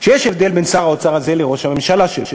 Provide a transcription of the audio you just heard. שיש הבדל בין שר האוצר הזה לראש הממשלה שלו.